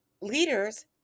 Leaders